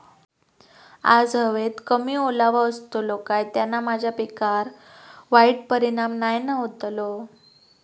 आज हवेत कमी ओलावो असतलो काय त्याना माझ्या पिकावर वाईट परिणाम नाय ना व्हतलो?